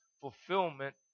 fulfillment